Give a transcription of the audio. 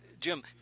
Jim